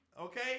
okay